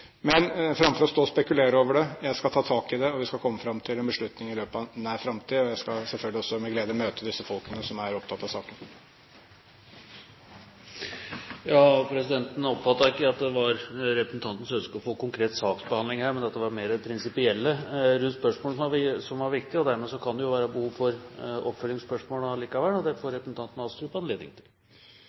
Men framfor å stå og spekulere over det skal jeg ta tak i det, og vi skal komme fram til en beslutning i løpet av nær framtid. Jeg skal selvfølgelig også med glede møte disse folkene som er opptatt av saken. Presidenten oppfattet ikke at det var representantens ønske å få konkret saksbehandling her, men at det var mer det prinsipielle rundt spørsmålet som var viktig. Dermed kan det jo være behov for oppfølgingsspørsmål likevel, og det får representanten Astrup anledning til.